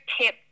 tip